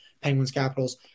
Penguins-Capitals